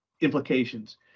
implications